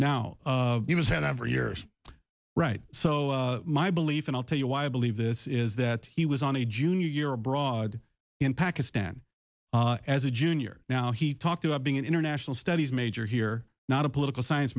for years right so my belief and i'll tell you why i believe this is that he was on a junior year abroad in pakistan as a junior now he talked about being an international studies major here not a political science